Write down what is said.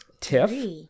Tiff